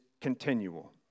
continual